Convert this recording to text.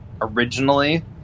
originally